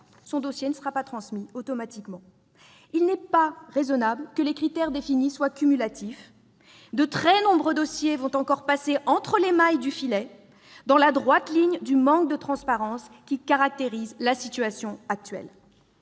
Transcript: son dossier automatiquement transmis. Il n'est pas raisonnable que les critères définis soient cumulatifs. De très nombreux dossiers vont encore passer entre les mailles du filet, dans la droite ligne du manque de transparence qui caractérise la situation actuelle.